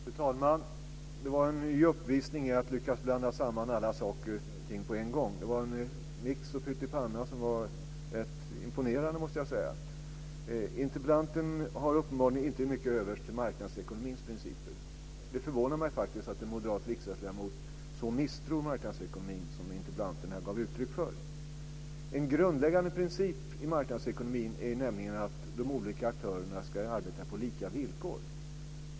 Fru talman! Det var en ny uppvisning i att lyckas blanda samman alla saker och ting på en gång. Det var en mix och pyttipanna som var rätt imponerande, måste jag säga. Interpellanten har uppenbarligen inte mycket till övers för marknadsekonomins principer. Det förvånar mig att en moderat riksdagsledamot så misstror marknadsekonomin som interpellanten här gav uttryck för. En grundläggande princip marknadsekonomin är att de olika aktörerna ska arbeta på lika villkor.